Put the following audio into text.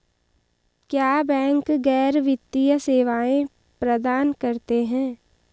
क्या बैंक गैर वित्तीय सेवाएं प्रदान करते हैं?